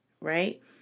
Right